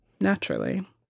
naturally